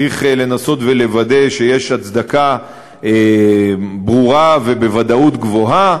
צריך לנסות ולוודא שיש הצדקה ברורה ובוודאות גבוהה,